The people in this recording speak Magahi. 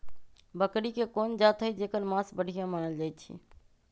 बकरी के कोन जात हई जेकर मास बढ़िया मानल जाई छई?